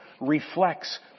reflects